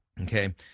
okay